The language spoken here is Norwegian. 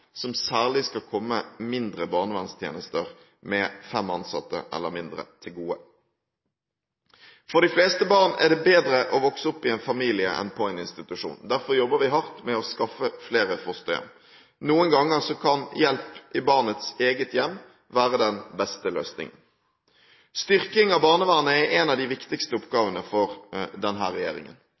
som særlig skal komme mindre barnevernstjenester – med fem ansatte eller mindre – til gode. For de fleste barn er det bedre å vokse opp i en familie enn på en institusjon. Derfor jobber vi hardt med å skaffe flere fosterhjem. Noen ganger kan hjelp i barnets eget hjem være den beste løsningen. Styrking av barnevernet er en av de viktigste oppgavene for denne regjeringen.